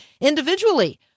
individually